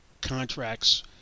contracts